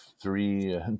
three